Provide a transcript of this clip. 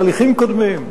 הליכים קודמים,